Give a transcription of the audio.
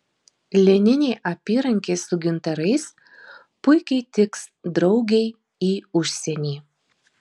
lininė apyrankė su gintarais puikiai tiks draugei į užsienį